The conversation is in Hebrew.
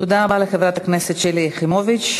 תודה רבה לחברת הכנסת שלי יחימוביץ.